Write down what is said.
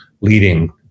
leading